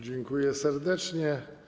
Dziękuję serdecznie.